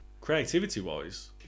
Creativity-wise